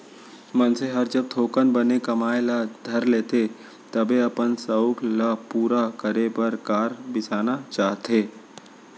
मनसे हर जब थोकन बने कमाए ल धर लेथे तभे अपन सउख ल पूरा करे बर कार बिसाना चाहथे